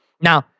Now